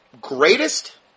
greatest